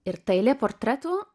ir ta eilė portretų